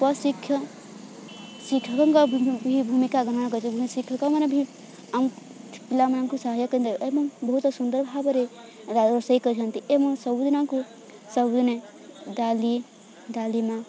ପଶିକ୍ଷ ଶିକ୍ଷକଙ୍କ ଭୂମିକା ଗ୍ରହଣ କରି ଶିକ୍ଷକମାନେ ବି ପିଲାମାନଙ୍କୁ ସାହାୟ କରି ଏବଂ ବହୁତ ସୁନ୍ଦର ଭାବରେ ରୋଷେଇ କରିଥାନ୍ତି ଏବଂ ସବୁଦିନଙ୍କୁ ସବୁଦିନେ ଡାଲି ଡାଲମା